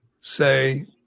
say